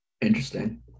interesting